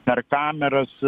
per kameras